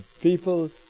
people